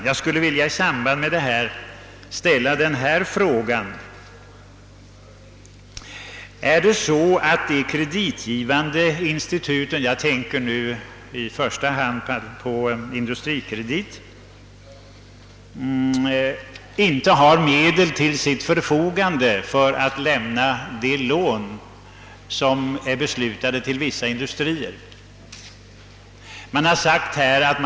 Jag skulle vilja fråga: Är det så att de kreditgivande instituten — jag tänker i första hand på AB Industrikredit — inte har medel till sitt förfogande för att lämna de lån till vissa industrier om vilka beslut har fattats?